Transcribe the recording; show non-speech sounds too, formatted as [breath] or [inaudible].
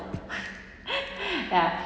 [breath] ya